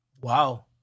Wow